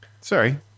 Sorry